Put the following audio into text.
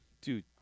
Dude